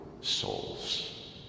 souls